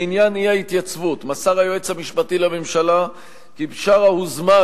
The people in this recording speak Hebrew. לעניין האי-התייצבות מסר היועץ המשפטי לממשלה כי בשארה הוזמן